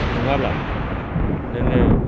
नङाब्ला नोङो